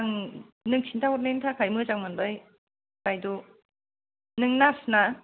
आं नों खोन्थाहरनायनि थाखाय मोजां मोनबाय बायद' नों नार्स ना